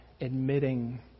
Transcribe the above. admitting